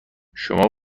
شما